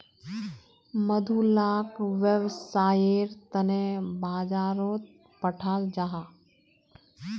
मधु लाक वैव्सायेर तने बाजारोत पठाल जाहा